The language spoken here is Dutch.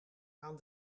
aan